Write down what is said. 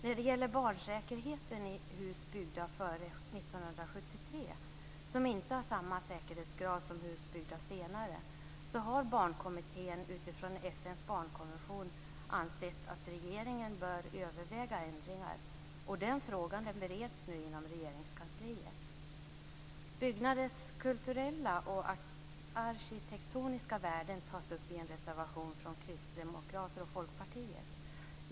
När det gäller barnsäkerheten i hus byggda före 1973, som inte har samma säkerhetskrav som hus byggda senare, har Barnkommittén utifrån FN:s barnkonvention ansett att regeringen bör överväga ändringar. Den frågan bereds nu inom Regeringskansliet. Byggnaders kulturella och arkitektoniska värden tas upp i en reservation från Kristdemokraterna och Folkpartiet.